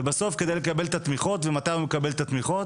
ובסוף כדי לקבל את התמיכות ומתי הוא מקבל את התמיכות.